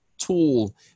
tool